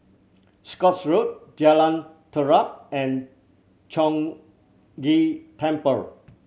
Scotts Road Jalan Terap and Chong Ghee Temple